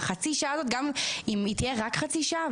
זה לא צריך להיות חצי שעה,